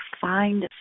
find